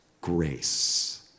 grace